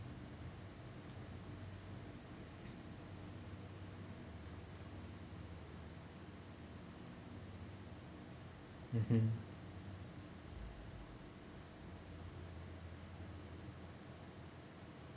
mmhmm